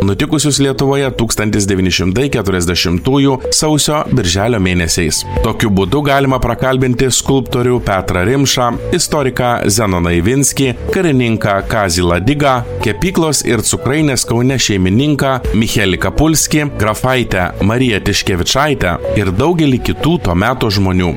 nutikusius lietuvoje tūkstantis devyni šimtai keturiasdešimtųjų sausio birželio mėnesiais tokiu būdu galima prakalbinti skulptorių petrą rimšą istoriką zenoną ivinskį karininką kazį ladigą kepyklos ir cukrainės kaune šeimininką michelį kapulskį grafaitę mariją tiškevičaitę ir daugelį kitų to meto žmonių